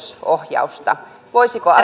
ohjausta voisiko